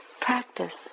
practice